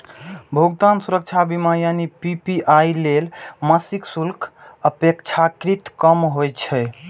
भुगतान सुरक्षा बीमा यानी पी.पी.आई लेल मासिक शुल्क अपेक्षाकृत कम होइ छै